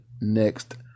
next